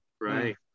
Right